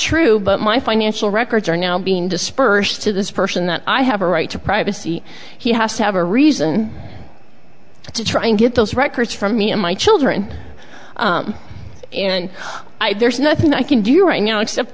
true but my financial records are now being dispersed to this person that i have a right to privacy he has to have a reason to try and get those records from me and my children and there's nothing i can do right now except